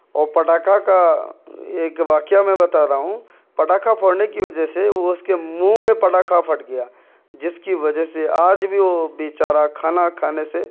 وہ پٹاخہ کا ایک واقعہ میں بتا رہا ہوں پٹاخہ پھوڑنے کی وجہ سے وہ اس کے منہ میں پٹاخہ پھٹ گیا جس کی وجہ سے آج بھی وہ بیچارہ کھانا کھانے سے